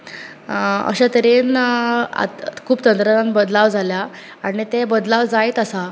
अशें तरेन आत खूब तंत्रज्ञानांत बदलाव जाल्ले आहा आनी ते बदलाव जायत आसात